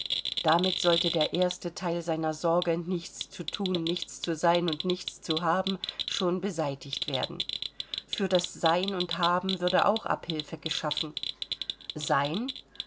damit sollte der erste teil seiner sorge nichts zu thun nichts zu sein und nichts zu haben schon beseitigt werden für das sein und haben würde auch abhilfe geschaffen sein